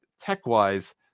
tech-wise